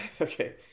okay